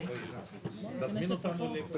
המשטרה ובתי הסוהר.